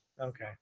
Okay